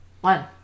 one